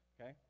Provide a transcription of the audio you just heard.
Okay